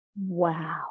Wow